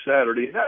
Saturday